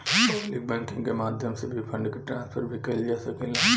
public banking के माध्यम से भी फंड के ट्रांसफर भी कईल जा सकेला